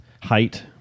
height